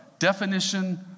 definition